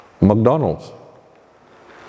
McDonald's